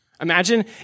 Imagine